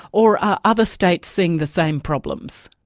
or are other states seeing the same problems?